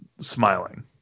smiling